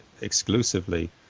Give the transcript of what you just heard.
exclusively